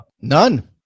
None